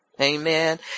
Amen